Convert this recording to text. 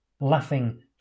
Laughing